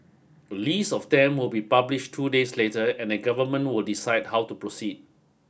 a list of them will be publish two days later and the government will decide how to proceed